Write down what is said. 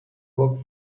book